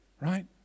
right